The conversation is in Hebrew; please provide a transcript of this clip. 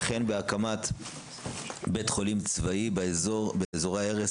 וכן בהקמת בית חולים צבאי באזורי ההרס